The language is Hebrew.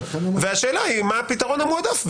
והשאלה היא מה הפתרון המועדף,